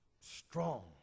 Strong